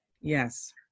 yes